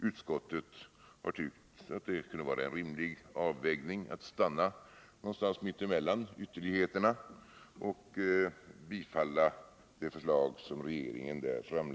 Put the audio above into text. Utskottet har tyckt att det kunde vara en rimlig avvägning att stanna någonstans mittemellan ytterligheterna och tillstyrkte ett förslag som regeringen lagt fram.